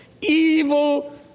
evil